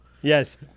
Yes